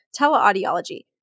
teleaudiology